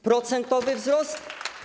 Procentowy wzrost?